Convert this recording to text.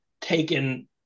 taken